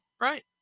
Right